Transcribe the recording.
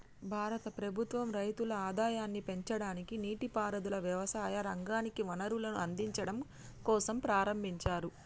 భారత ప్రభుత్వం రైతుల ఆదాయాన్ని పెంచడానికి, నీటి పారుదల, వ్యవసాయ రంగానికి వనరులను అందిచడం కోసంప్రారంబించారు